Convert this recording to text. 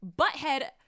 butthead